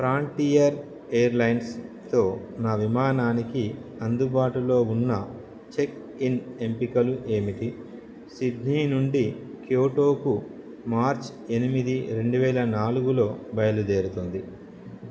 frontier ఎయిర్లైన్స్తో నా విమానానికి అందుబాటులో ఉన్న చెక్ ఇన్ ఎంపికలు ఏమిటి సిడ్నీ నుండి క్యోటోకు మార్చి ఎనిమిది రెండువేల నాలుగులో బయలుదేరుతుంది